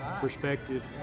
perspective